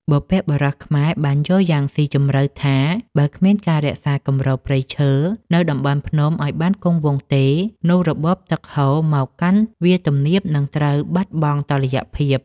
បុព្វបុរសខ្មែរបានយល់យ៉ាងស៊ីជម្រៅថា បើគ្មានការរក្សាគម្របព្រៃឈើនៅតំបន់ភ្នំឱ្យបានគង់វង្សទេ នោះរបបទឹកហូរមកកាន់វាលទំនាបនឹងត្រូវបាត់បង់តុល្យភាព។